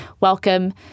welcome